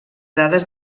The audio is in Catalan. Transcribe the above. dades